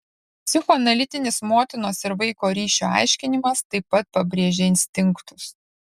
psichoanalitinis motinos ir vaiko ryšio aiškinimas taip pat pabrėžia instinktus